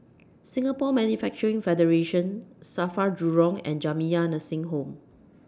Singapore Manufacturing Federation SAFRA Jurong and Jamiyah Nursing Home